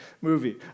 movie